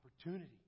opportunity